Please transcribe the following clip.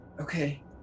Okay